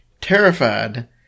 Terrified